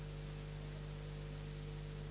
Hvala